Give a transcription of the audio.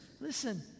Listen